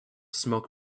smoke